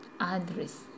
address